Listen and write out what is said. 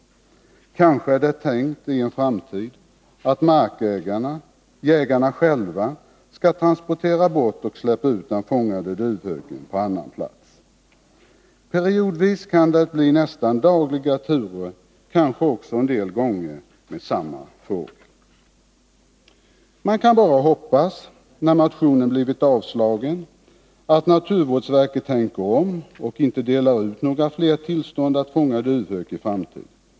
Kanske är det tänkt att markägarna/jägarna i en framtid själva skall transportera bort och släppa ut den fångade duvhöken på annan plats? Periodvis kan det bli nästan dagliga turer, en del gånger kanske med samma fågel. Man kan bara hoppas, när motionen blivit avslagen, att naturvårdsverket tänker om och inte delar ut några fler tillstånd att fånga duvhök i framtiden.